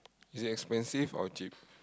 is it expensive or cheap